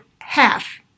half